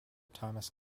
thomas